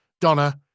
Donna